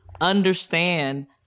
understand